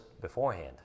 beforehand